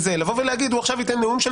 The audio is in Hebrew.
לבוא ולהגיד: הוא עכשיו ייתן נאום של